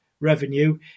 revenue